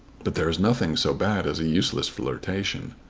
but there is nothing so bad as a useless flirtation.